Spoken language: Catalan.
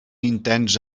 intens